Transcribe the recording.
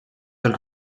els